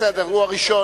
בסדר גמור, הוא הראשון.